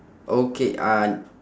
okay uh